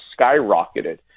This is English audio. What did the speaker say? skyrocketed